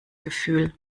gefühl